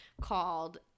called